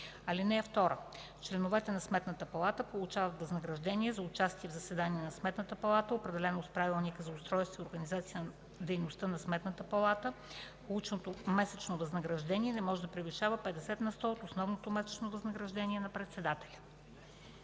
(2) Членовете на Сметната палата получават възнаграждение за участие в заседание на Сметната палата, определено с Правилника за устройството и организацията на дейността на Сметната палата. Полученото месечно възнаграждение не може да превишава 50 на сто от основното месечно възнаграждение на председателя.”